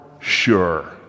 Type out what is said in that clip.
sure